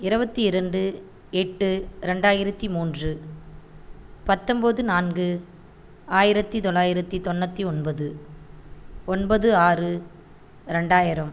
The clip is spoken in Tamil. இருபத்தி ரெண்டு எட்டு ரெண்டாயிரத்தி மூன்று பத்தொம்போது நான்கு ஆயிரத்தி தொள்ளாயிரத்தி தொண்ணூற்றி ஒன்பது ஒன்பது ஆறு ரெண்டாயிரம்